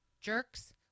jerks